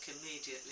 immediately